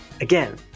Again